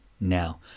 now